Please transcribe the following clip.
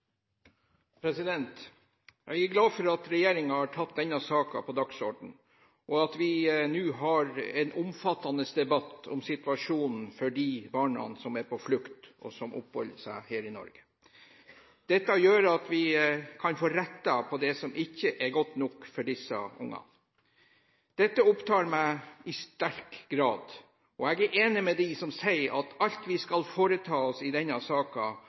beste. Jeg er glad for at regjeringen har satt denne saken på dagsordenen og for at vi nå har en omfattende debatt om situasjonen for de barna som er på flukt, og som oppholder seg i Norge. Det gjør at vi kan få rettet på det som ikke er godt nok for disse ungene. Dette opptar meg i sterk grad. Jeg er enig med dem som sier at alt vi skal foreta oss i denne